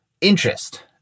interest